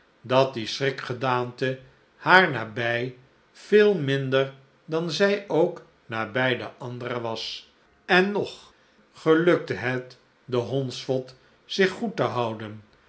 dat die schrikgedaante haar nabij veel minder dat zij ook nabij de andere was en nog gelukte het den hondsvot zich goed te houden